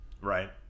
Right